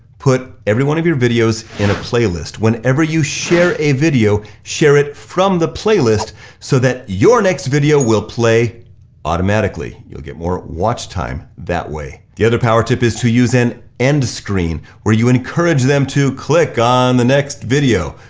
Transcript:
put every one of your videos in a playlist. whenever you share a video, share it from the playlist so that your next video will play automatically. you'll get more watch time that way. the other power tip is to use an end screen where you encourage them to click on the next video.